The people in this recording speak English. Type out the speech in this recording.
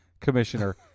commissioner